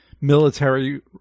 military